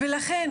ולכן